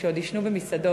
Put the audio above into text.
כשעוד עישנו במסעדות,